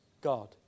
God